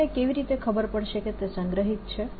તે મને કેવી રીતે ખબર પડશે કે તે સંગ્રહિત છે